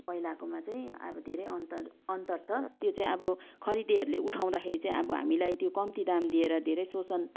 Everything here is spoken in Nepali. पहिलाकोमा चाहिँ अब धेरै अन्तर अन्तर छ त्यो चाहिँ अब खरिदेहरूले उठाउँदाखेरि चाहिँ अब हामीलाई त्यो कम्ती दाम दिएर त्यो धेरै शोषण